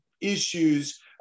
issues